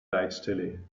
leitstelle